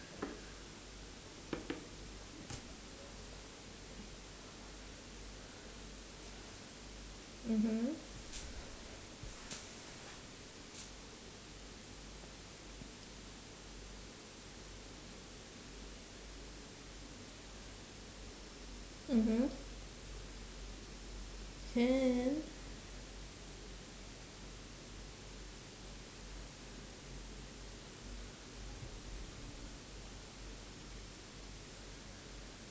mmhmm mmhmm can